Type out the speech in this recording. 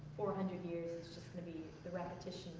use relatively